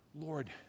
Lord